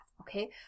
Okay